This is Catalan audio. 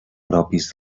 propis